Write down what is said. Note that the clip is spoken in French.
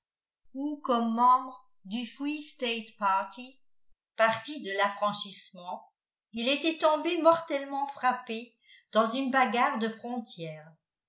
où comme membre du free state party parti de l'affranchissement il était tombé mortellement frappé dans une bagarre de frontière